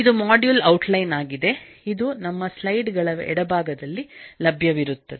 ಇದು module outline ಆಗಿದೆ ಇದು ನಮ್ಮಸ್ಲೈಡ್ ಗಳಎಡಭಾಗದಲ್ಲಿ ಲಭ್ಯವಿರುತ್ತದೆ